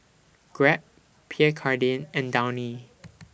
Grab Pierre Cardin and Downy